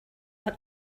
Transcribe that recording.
are